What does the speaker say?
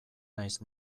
naiz